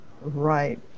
Right